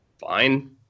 fine